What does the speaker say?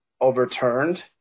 overturned